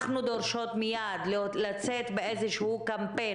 אנחנו דורשות מייד לצאת באיזשהו קמפיין,